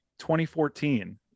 2014